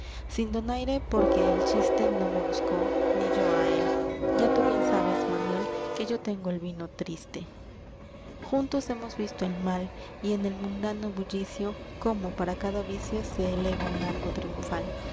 sin no me donaire porque yo el chiste buscó ni á él ya tú bien sabes manuel el vino triste que yo tengo juntos hemos visto el mal y en el mundano bullicio cada vicio triunfal cómo para se eleva un arco